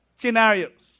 scenarios